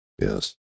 Yes